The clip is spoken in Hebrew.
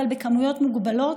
אבל במספרים מוגבלים,